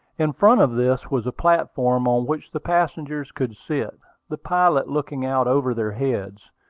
in front of this was a platform on which the passengers could sit, the pilot looking out over their heads.